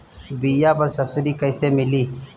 बीया पर सब्सिडी कैसे मिली?